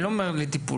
אני לא אומר לטיפול,